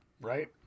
right